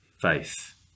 faith